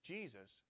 Jesus